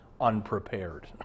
unprepared